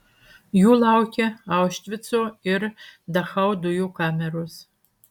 jų laukė aušvico ir dachau dujų kameros